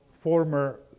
former